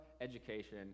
education